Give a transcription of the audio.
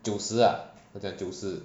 九十啊我讲九十